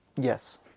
Yes